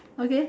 okay